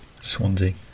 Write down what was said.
Swansea